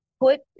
put